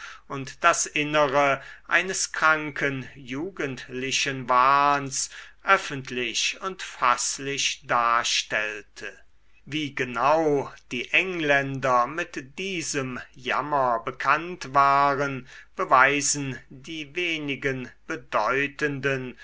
und das innere eines kranken jugendlichen wahns öffentlich und faßlich darstellte wie genau die engländer mit diesem jammer bekannt waren beweisen die wenigen bedeutenden